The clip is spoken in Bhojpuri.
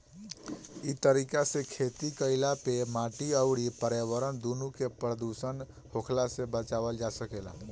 इ तरीका से खेती कईला पे माटी अउरी पर्यावरण दूनो के प्रदूषित होखला से बचावल जा सकेला